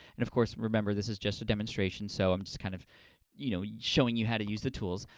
and of course, remember this is just a demonstration, so i'm just kind of you know yeah showing you how to use the tools,